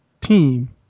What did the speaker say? team